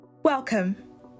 Welcome